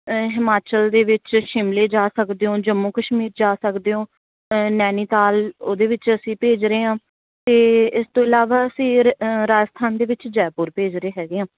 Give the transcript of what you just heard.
ਹਿਮਾਚਲ ਦੇ ਵਿੱਚ ਸ਼ਿਮਲੇ ਜਾ ਸਕਦੇ ਹੋ ਜੰਮੂ ਕਸ਼ਮੀਰ ਜਾ ਸਕਦੇ ਹੋ ਨੈਨੀਤਾਲ ਉਹਦੇ ਵਿੱਚ ਅਸੀਂ ਭੇਜ ਰਹੇ ਹਾਂ ਅਤੇ ਇਸ ਤੋਂ ਇਲਾਵਾ ਅਸੀਂ ਰ ਰਾਜਸਥਾਨ ਦੇ ਵਿੱਚ ਜੈਪੁਰ ਭੇਜ ਰਹੇ ਹੈਗੇ ਹਾਂ